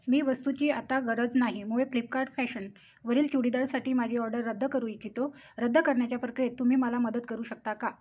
मी वस्तूची आता गरज नाही मुळे फ्लिपकार्ट फॅशन वरील चुडीदारसाठी माझी ऑर्डर रद्द करू इच्छितो रद्द करण्याच्या प्रक्रियेत तुम्ही मला मदत करू शकता का